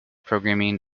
programming